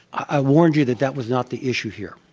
i warned you that that was not the issue here,